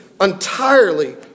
entirely